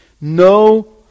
No